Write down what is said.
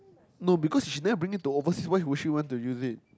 no because she never bring it to oversea why would she want to use it